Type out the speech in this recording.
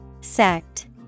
Sect